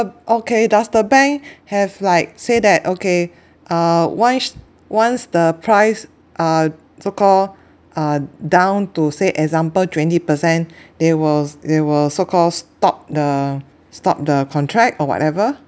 okay does the bank have like say that okay uh once once the price uh so call uh down to say example twenty percent they will they will so call stop the stop the contract or whatever